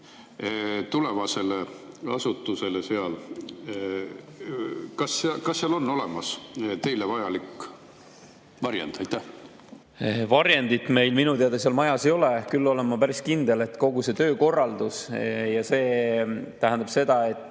tulevasele asutusele seal? Kas seal on olemas teile vajalik varjend? Varjendit minu teada seal majas ei ole. Küll olen ma päris kindel, et kogu see töökorraldus tähendab seda, et